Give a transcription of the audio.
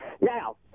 Now